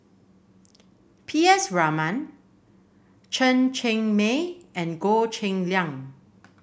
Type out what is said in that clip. P S Raman Chen Cheng Mei and Goh Cheng Liang